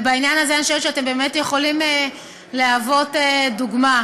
ובעניין הזה אני חושבת שאתם יכולים להוות דוגמה.